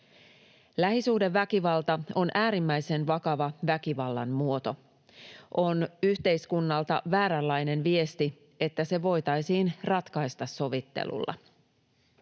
Lähisuhdeväkivalta on äärimmäisen vakava väkivallan muoto. On yhteiskunnalta vääränlainen viesti, että se voitaisiin ratkaista sovittelulla.